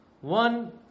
one